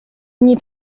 nie